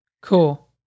Cool